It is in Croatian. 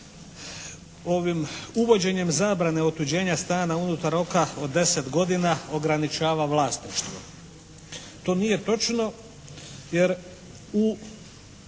ovim, uvođenjem zabrane otuđenja stana unutar 10 godina ograničava vlasništvo. To nije točno jer u